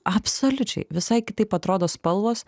absoliučiai visai kitaip atrodo spalvos